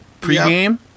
pregame